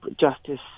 justice